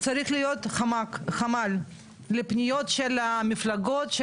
צריך להיות חמ"ל לפניות של המפלגות של